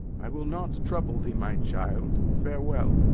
i will not trouble thee, my child farewell.